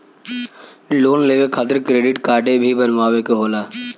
Loan लेवे खातिर credit काडे भी बनवावे के होला?